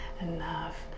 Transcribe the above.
enough